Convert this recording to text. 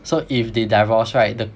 so if they divorce right the